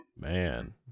Man